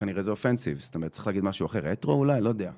כנראה זה אופנסיב, זאת אומרת צריך להגיד משהו אחר, הטרו אולי, לא יודע